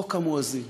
חוק המואזין,